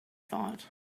thought